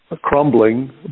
crumbling